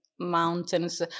Mountains